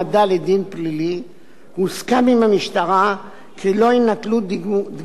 הוסכם עם המשטרה שלא ייטלו דגימות DNA מנשים,